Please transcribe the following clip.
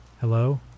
Hello